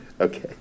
Okay